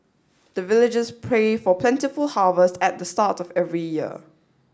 the villagers pray for plentiful harvest at the start of every year